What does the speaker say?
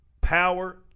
power